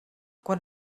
quan